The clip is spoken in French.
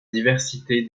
diversité